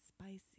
spicy